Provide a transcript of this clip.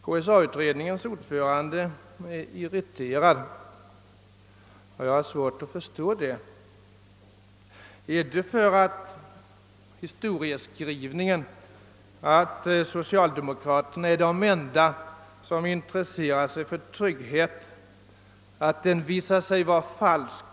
KSA-utredningens ordförande är irriterad. Jag har svårt att förstå det. är han irriterad över historieskrivningen att socialdemokraterna är de enda som intresserar sig för att tryggheten visar sig vara falsk?